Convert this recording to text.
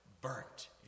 burnt